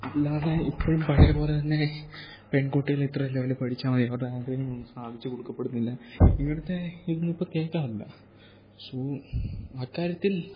അല്ലാതെ ഇപ്പോഴും പഴയ പോലെത്തന്നെ പെൺകുട്ടികൾ ഇത്ര ലെവല് പഠിച്ചാൽ മതി അവരുടെ ആഗ്രഹങ്ങളൊന്നും സാധിച്ച് കൊടുക്കപ്പെടുന്നില്ല ഇങ്ങനെത്തെ ഇതൊന്നും ഇപ്പം കേൾക്കാറില്ല സോ അക്കാര്യത്തിൽ